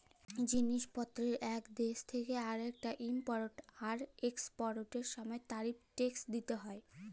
জিলিস পত্তের ইক দ্যাশ থ্যাকে আরেকটতে ইমপরট আর একসপরটের সময় তারিফ টেকস দ্যিতে হ্যয়